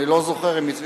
אני לא זוכר אם הצביעו,